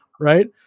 right